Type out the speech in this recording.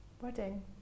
wedding